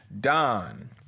Don